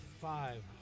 Five